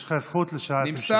יש לך זכות לשאלה נוספת.